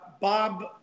Bob